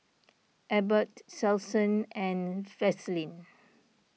Abbott Selsun and Vaselin